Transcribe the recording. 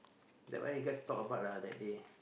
that one you guys talk about lah that day